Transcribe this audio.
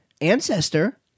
ancestor